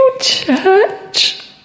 church